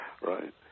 Right